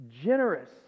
generous